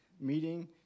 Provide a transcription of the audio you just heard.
meeting